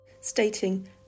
stating